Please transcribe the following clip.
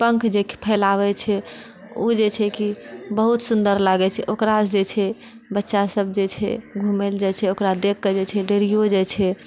पङ्ख जे फैलाबै छै उ जे छै कि बहुत सुन्दर लागै छै ओकरा जे छै बच्चा सब जे छै घुमै लए जाइ छै ओकरा देखि कऽ जे छै डरियो जाइ छै